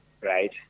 Right